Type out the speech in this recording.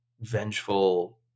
vengeful